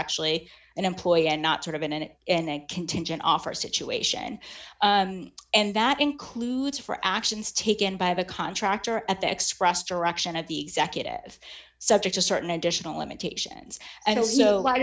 actually an employee and not to have been in it in a contingent offer situation and that includes for actions taken by the contractor at the express direction of the executive subject to certain additional limitations i don't know why